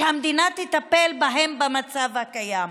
שהמדינה תטפל בהם במצב הקיים.